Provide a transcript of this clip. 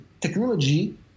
technology